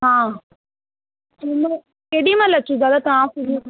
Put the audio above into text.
हा कंहिं महिल केॾी महिल अचूं दादा तव्हां वटि